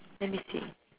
let me see